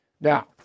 Now